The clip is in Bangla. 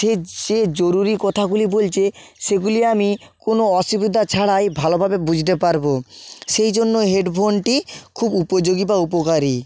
সে সে জরুরি কথাগুলি বলছে সেগুলি আমি কোনো অসুবিধা ছাড়াই ভালোভাবে বুঝতে পারব সেই জন্য হেডফোনটি খুব উপযোগী বা উপকারি